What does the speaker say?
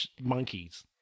monkeys